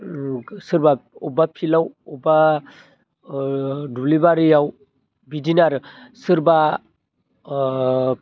सोरबा अबेबा फिल्डआव अबेबा ओ दुब्लि बारियाव बिदिनो आरो सोरबा ओ